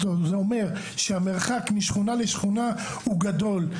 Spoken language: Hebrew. זה אומר שהמרחק משכונה לשכונה הוא גדול.